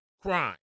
crime